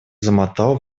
замотал